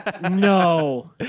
No